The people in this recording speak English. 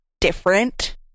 different